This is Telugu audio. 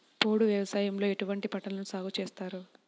పోడు వ్యవసాయంలో ఎటువంటి పంటలను సాగుచేస్తారు?